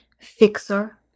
fixer